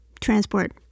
transport